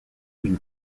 une